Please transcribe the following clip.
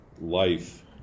life